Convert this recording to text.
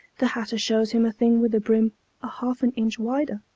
the hatter shows him a thing with a brim a half an inch wider,